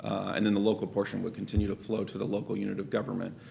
and then the local portion would continue to flow to the local unit of government.